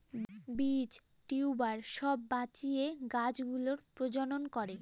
বীজ, টিউবার সব বাঁচিয়ে গাছ গুলোর প্রজনন করে